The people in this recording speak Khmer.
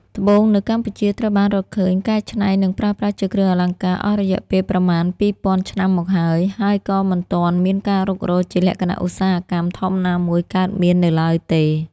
ត្បូងនៅកម្ពុជា ត្រូវបានរកឃើញ កែច្នៃ និងប្រើប្រាស់ជាគ្រឿងអលង្ការអស់រយៈពេលប្រមាណ ២០០០ឆ្នាំមកហើយ ហើយក៏មិនទាន់មានការរុករកជាលក្ខណៈឧស្សាហកម្មធំណាមួយកើតមាននៅឡើយទេ។